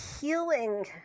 healing